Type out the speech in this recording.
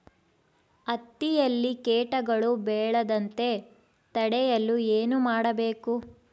ಹತ್ತಿಯಲ್ಲಿ ಕೇಟಗಳು ಬೇಳದಂತೆ ತಡೆಯಲು ಏನು ಮಾಡಬೇಕು?